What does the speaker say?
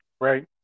Right